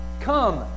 Come